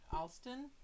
alston